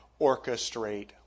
orchestrate